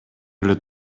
эле